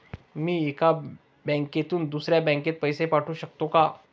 मी एका बँकेतून दुसऱ्या बँकेत पैसे पाठवू शकतो का?